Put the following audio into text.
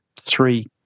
three